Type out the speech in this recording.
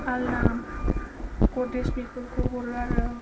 आलना गद्रेज बेफोरखौ हरो आरो